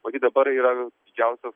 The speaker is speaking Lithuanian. matyt dabar yra didžiausias